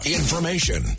information